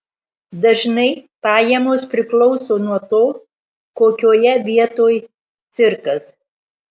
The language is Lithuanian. dažnai pajamos priklauso nuo to kokioje vietoj cirkas